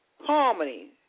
Harmony